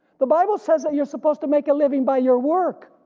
the bible says that you're supposed to make a living by your work,